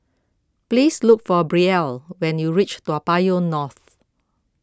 please look for Brielle when you reach Toa Payoh North